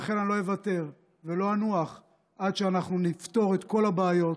לכן אני לא אוותר ולא אנוח עד שאנחנו נפתור את כל הבעיות,